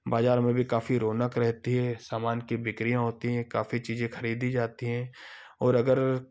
बाजार में भी काफी रौनक रहती है सामान की बिक्रियाँ होती हैं काफी चीजें खरीदी जाती हैं और अगर